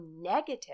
negative